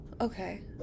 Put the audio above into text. Okay